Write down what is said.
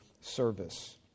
service